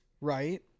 Right